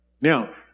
Now